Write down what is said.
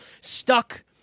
stuck